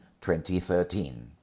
2013